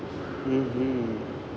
mmhmm